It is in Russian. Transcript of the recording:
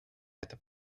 это